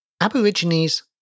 Aborigines